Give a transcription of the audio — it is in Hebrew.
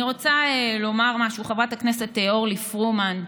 אני רוצה לומר משהו, חברת הכנסת אורלי פרומן: